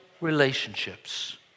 relationships